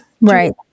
Right